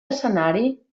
escenari